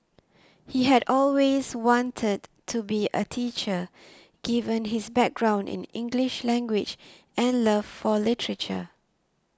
he had always wanted to be a teacher given his background in English language and love for literature